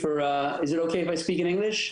בסדר שאדבר באנגלית?